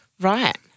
Right